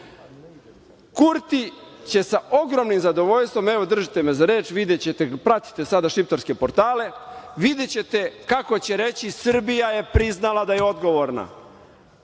Kurti će sa ogromnim zadovoljstvom, evo držite me za reč, videćete, pratite sada šiptarske portale, videćete kako će reći – Srbija je priznala da je odgovorna,